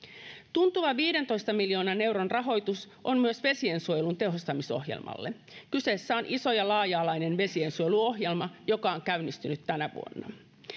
tuntuva viidentoista miljoonan euron rahoitus on myös vesiensuojelun tehostamisohjelmalle kyseessä on iso ja laaja alainen vesiensuojeluohjelma joka on käynnistynyt tänä vuonna